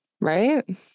right